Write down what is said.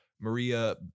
Maria